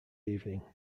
evening